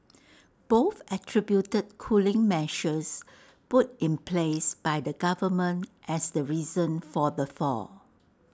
both attributed cooling measures put in place by the government as the reason for the fall